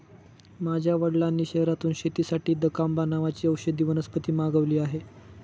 माझ्या वडिलांनी शहरातून शेतीसाठी दकांबा नावाची औषधी वनस्पती मागवली आहे